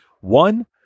One